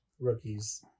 rookies